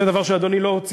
זה דבר שלא ציטטתי,